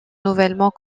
nouvellement